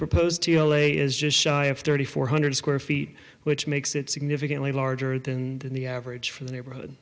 proposed t l a is just shy of thirty four hundred square feet which makes it significantly larger than the average for the neighborhood